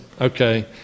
Okay